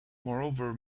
moreover